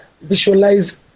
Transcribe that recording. visualize